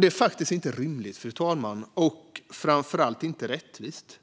Det är faktiskt inte rimligt, fru talman, och framför allt inte rättvist